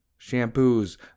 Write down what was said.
Shampoos